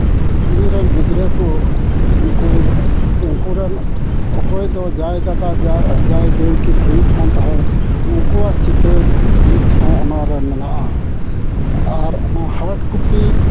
ᱤᱧᱨᱮᱱ ᱜᱤᱫᱽᱨᱟᱹ ᱠᱚ ᱱᱩᱠᱩ ᱩᱱᱠᱩᱨᱮᱱ ᱚᱠᱚᱭ ᱫᱚ ᱡᱟᱶᱟᱭ ᱫᱟᱫᱟ ᱡᱟᱶᱟᱭ ᱫᱟᱹᱭ ᱠᱤᱱ ᱦᱩᱭᱩᱜ ᱠᱟᱱ ᱛᱟᱦᱮᱸᱫ ᱩᱱᱠᱩᱣᱟᱜ ᱪᱤᱛᱟᱹᱨ ᱱᱤᱛᱦᱚᱸ ᱚᱱᱟᱨᱮ ᱢᱮᱱᱟᱜᱼᱟ ᱟᱨ ᱱᱚᱣᱟ ᱦᱟᱴᱠᱚᱯᱤ